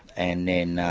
and then